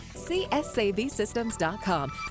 CSAVSystems.com